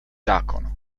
zákon